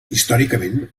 històricament